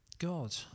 God